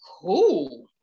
cool